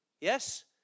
Yes